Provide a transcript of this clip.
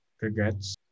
regrets